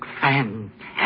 fantastic